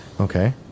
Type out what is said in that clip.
Okay